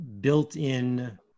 built-in